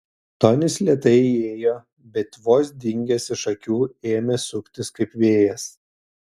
tonis lėtai įėjo bet vos dingęs iš akių ėmė suktis kaip vėjas